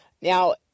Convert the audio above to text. Now